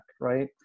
right